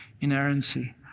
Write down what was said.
inerrancy